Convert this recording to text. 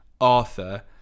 Arthur